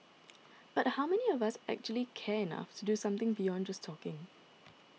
but how many of us actually care enough to do something beyond just talking